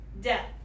death